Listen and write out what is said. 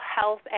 Health